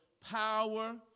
power